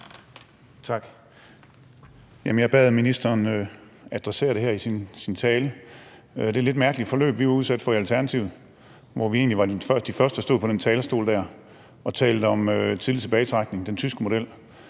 Tak. Jeg bad ministeren om i sin tale at adressere det her lidt mærkelige forløb, vi var udsat for i Alternativet. Vi var egentlig de første, der stod på den der talerstol og talte om tidlig tilbagetrækning, efter den tyske model,